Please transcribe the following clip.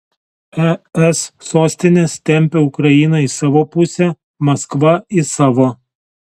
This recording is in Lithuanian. es sostinės tempia ukrainą į savo pusę maskva į savo